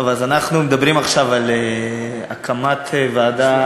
אנחנו מדברים עכשיו על הקמת ועדה